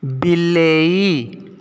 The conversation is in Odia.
ବିଲେଇ